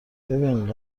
ببین